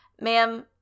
ma'am